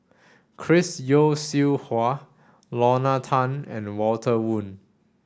Chris Yeo Siew Hua Lorna Tan and Walter Woon